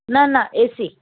न न A C